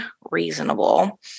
reasonable